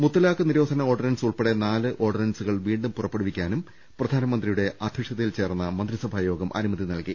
മുത്തലാഖ് നിരോധന ഓർഡിനൻസ് ഉൾപ്പെടെ നാല് ഓർഡിനൻസുകൾ വീണ്ടും പുറപ്പെടുവിക്കാനും പ്രധാനമന്ത്രി യുടെ അധ്യക്ഷതയിൽ ചേർന്ന മന്ത്രിസഭാ യോഗപ്പ അനുമതി നൽകി